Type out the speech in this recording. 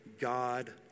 God